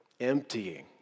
emptying